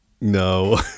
no